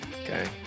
Okay